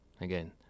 Again